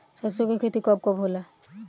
सरसों के खेती कब कब होला?